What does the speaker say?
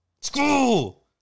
school